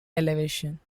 elevation